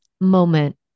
moment